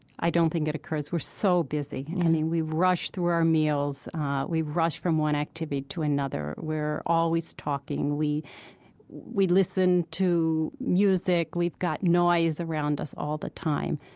i don't think it occurs we're so busy. i mean, we rush through our meals we rush from one activity to another. we're always talking. we we listen to music. we've got noise around us all the time.